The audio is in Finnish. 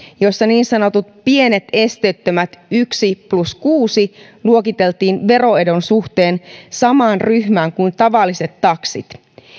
jossa niin sanotut pienet esteettömät yksi plus kuusi taksit luokiteltiin veroedun suhteen samaan ryhmään kuin tavalliset taksit